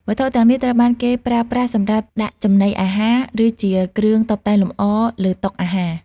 វត្ថុទាំងនេះត្រូវបានគេប្រើប្រាស់សម្រាប់ដាក់ចំណីអាហារ ឬជាគ្រឿងតុបតែងលម្អលើតុអាហារ។